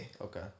Okay